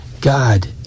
God